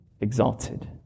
exalted